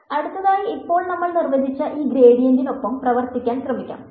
അടുത്തതായി ഇപ്പോൾ നമ്മൾ നിർവ്വചിച്ച ഈ ഗ്രേഡിയന്റിനൊപ്പം പ്രവർത്തിക്കാൻ ശ്രമിക്കാം